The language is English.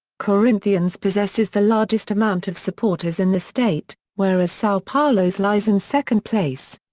corinthians possesses the largest amount of supporters in the state, whereas sao paulo's lies in second place.